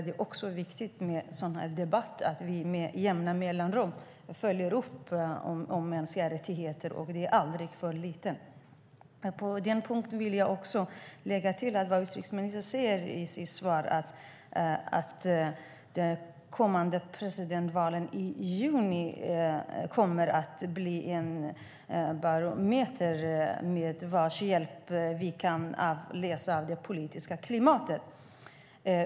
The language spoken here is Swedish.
Det är viktigt med sådana här debatter där vi med jämna mellanrum följer upp frågan om mänskliga rättigheter. Utrikesministern säger i sitt svar att det kommande presidentvalet i juni kommer att bli en barometer med vars hjälp vi kan avläsa det politiska klimatet.